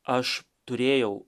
aš turėjau